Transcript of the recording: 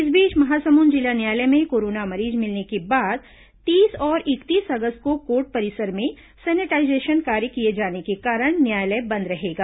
इस बीच महासमुंद जिला न्यायालय में कोरोना मरीज मिलने के बाद तीस और इकतीस अगस्त को कोर्ट परिसर में सैनिटाईजेशन कार्य किए जाने को कारण न्यायालय बंद रहेगा